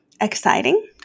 exciting